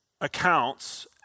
accounts